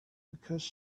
because